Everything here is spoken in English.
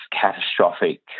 catastrophic